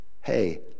hey